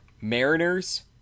Mariners